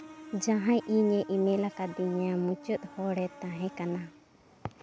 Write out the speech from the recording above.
ᱡᱟᱦᱟᱸᱭ ᱤᱧᱮ ᱤᱼᱢᱮᱞ ᱠᱟᱣᱫᱤᱧᱟ ᱢᱩᱪᱟᱹᱫᱽ ᱦᱚᱲᱮ ᱛᱟᱦᱮᱸ ᱠᱟᱱᱟ